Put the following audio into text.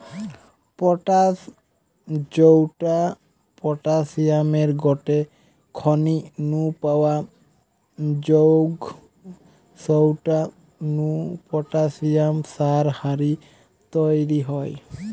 potash জউটা পটাশিয়ামের গটে খনি নু পাওয়া জউগ সউটা নু পটাশিয়াম সার হারি তইরি হয়